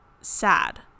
sad